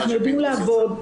אנחנו יודעים לעבוד,